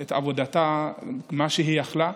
את עבודתה, מה שהיא יכלה.